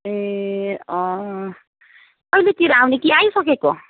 ए अँ कहिलेतिर आउने कि आइसकेको